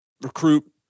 recruit